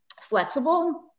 flexible